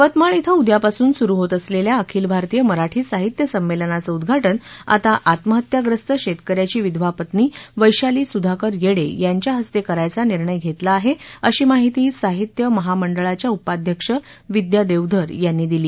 यवतमाळ इथं उदयापासून सुरु होत असलेल्या अखिल भारतीय मराठी साहित्य संमेलनाचं उद्वाटन आता आत्महत्याग्रस्त शेतक याची विधवा पत्नी वैशाली सुधाकर येडे यांच्याहस्ते करायचा निर्णय घेतला आहे अशी माहिती साहित्य महामंडळांच्या उपाध्यक्षा विदया देवधर यांनी दिली